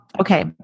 okay